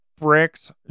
bricks